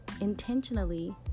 intentionally